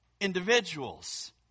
individuals